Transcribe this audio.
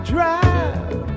Drive